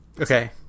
Okay